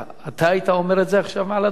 אתה היית אומר את זה עכשיו מעל הדוכן?